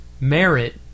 merit